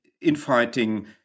infighting